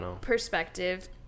perspective